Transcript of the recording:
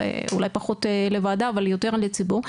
אולי פחות לוועדה אבל יותר לציבור,